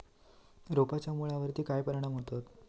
रोपांच्या मुळावर काय परिणाम होतत?